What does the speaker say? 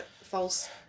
false